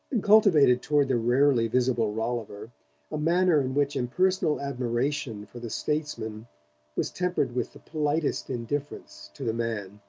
and cultivated toward the rarely-visible rolliver a manner in which impersonal admiration for the statesman was tempered with the politest indifference to the man.